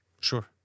Sure